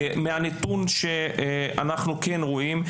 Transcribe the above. מהנתון שאנו כן רואים,